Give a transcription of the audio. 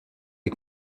les